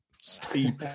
Steve